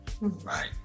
right